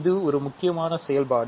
இது ஒரு முக்கியமான செயல்பாடு